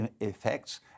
effects